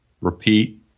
repeat